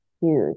huge